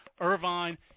Irvine